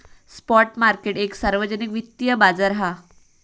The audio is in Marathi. स्पॉट मार्केट एक सार्वजनिक वित्तिय बाजार हा